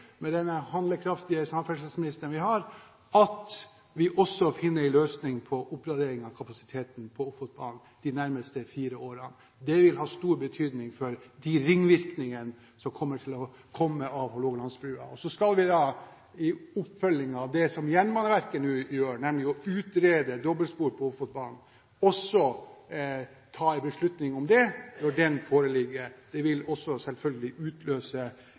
med den handlekraftige samferdselsministeren vi har – at man også finner en løsning på oppgradering av kapasiteten på Ofotbanen de nærmeste fire årene. Det vil ha stor betydning for de ringvirkningene som vil komme av Hålogalandsbrua. Så skal vi i oppfølgingen av det som Jernbaneverket nå gjør, nemlig å utrede dobbeltspor på Ofotbanen, ta en beslutning når den utredningen foreligger. Det vil selvfølgelig også utløse